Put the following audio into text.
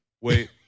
wait